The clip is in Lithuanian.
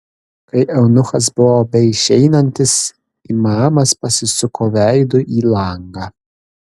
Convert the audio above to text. kai eunuchas buvo beišeinantis imamas pasisuko veidu į langą